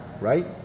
right